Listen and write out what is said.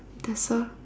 that's all